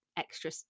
extra